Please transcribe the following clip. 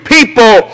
People